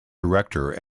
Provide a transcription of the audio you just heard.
director